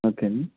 okay అండి